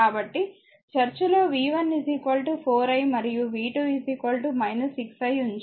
కాబట్టిచర్చలో v 1 4 i మరియు v 2 6 i ఉంచాను